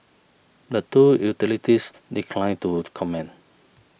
the two utilities declined to comment